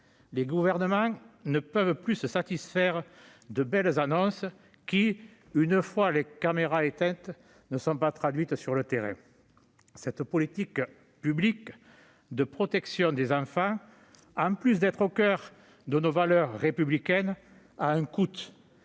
Les gouvernements ne peuvent plus se satisfaire de belles annonces, qui, une fois les caméras éteintes, ne se traduisent pas concrètement sur le terrain. La politique publique de protection des enfants, si elle est au coeur de nos valeurs républicaines, a un coût.